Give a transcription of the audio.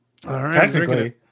Technically